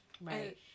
Right